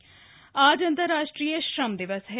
मजदूर दिवस आज अंतर्राष्ट्रीय श्रम दिवस है